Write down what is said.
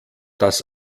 das